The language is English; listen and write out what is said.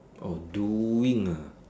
oh doing ah